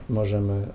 możemy